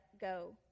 go